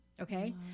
Okay